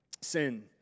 sin